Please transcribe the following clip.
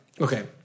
okay